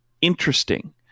interesting